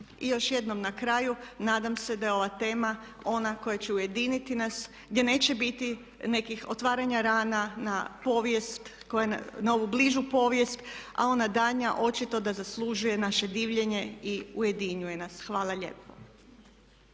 I još jednom na kraju nadam se da je ova tema ona koja će ujediniti nas, gdje neće biti nekih otvaranja rana na povijest, na ovu bližu povijest, a ona daljnja očito da zaslužuje naše divljenje i ujedinjuje nas. Hvala lijepo.